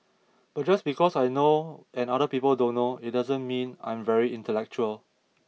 but just because I know and other people don't know it doesn't mean I'm very intellectual